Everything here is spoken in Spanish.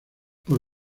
por